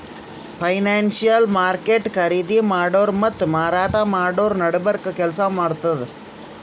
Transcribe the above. financial market ಖರೀದಿ ಮಾಡೋರ್ ಮತ್ತ್ ಮಾರಾಟ್ ಮಾಡೋರ್ ನಡಬರ್ಕ್ ಕೆಲ್ಸ್ ಮಾಡ್ತದ್